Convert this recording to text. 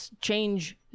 change